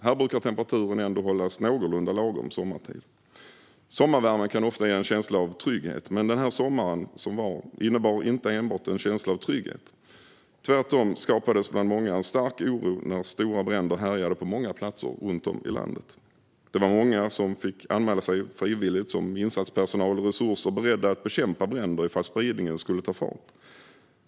Här brukar temperaturen ändå hållas någorlunda lagom sommartid. Sommarvärmen kan ofta ge en känsla av trygghet, men sommaren som var innebar värmen inte enbart en känsla av trygghet. Tvärtom skapades bland många en stark oro när stora bränder härjade på många platser runt om i landet. Det var många som fick anmäla sig frivilligt som insatspersonal och resurser beredda att bekämpa bränder om spridningen skulle ta fart.